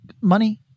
money